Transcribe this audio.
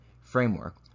framework